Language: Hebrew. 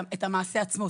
את המעשה עצמו.